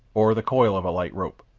or the coil of a light rope.